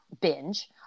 binge